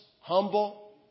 humble